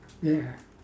ya